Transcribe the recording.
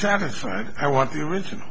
satisfied i want the original